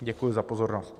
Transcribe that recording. Děkuji za pozornost.